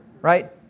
right